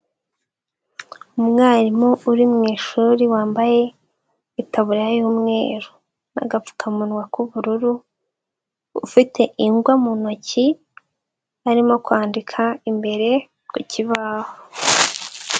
Umwarimu uri mu ishuri wambaye itaburiya y'umweru n'agapfukamunwa k'ubururu, ufite ingwa mu ntoki arimo kwandika imbere ku kibaho.